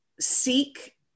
seek